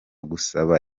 gusaba